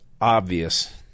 obvious